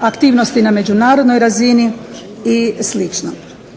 aktivnosti na međunarodnoj razini i